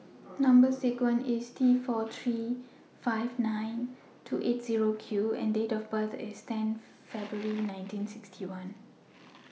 Number sequence IS T four three five nine two eight Zero Q and Date of birth IS ten February nineteen sixty one